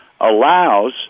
allows